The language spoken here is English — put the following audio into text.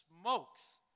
smokes